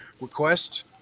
requests